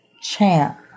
champ